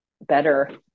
better